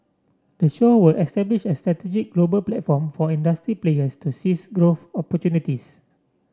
the show will establish a strategic global platform for industry players to seize growth opportunities